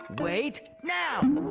wait, now!